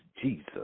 Jesus